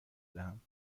دهم